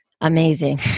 amazing